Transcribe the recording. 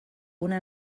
una